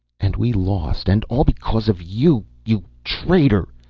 and we lost and all because of you. you traitor!